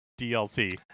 DLC